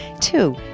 Two